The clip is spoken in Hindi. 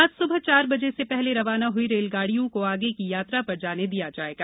आज सुबह चार बजे से पहले रवाना हुई रेलगाडियों को आगे की यात्रा पर जाने दिया जाएगा